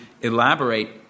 elaborate